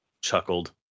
chuckled